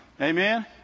Amen